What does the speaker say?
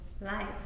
life